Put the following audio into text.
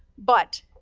but,